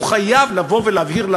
והוא חייב לבוא ולהבהיר,